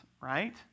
right